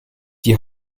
die